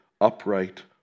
upright